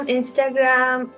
Instagram